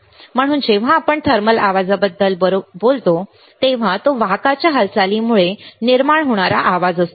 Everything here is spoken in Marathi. म्हणून जेव्हा आपण थर्मल आवाजाबद्दल बरोबर बोलतो तेव्हा तो वाहकांच्या हालचालीमुळे निर्माण होणारा आवाज असतो